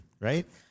Right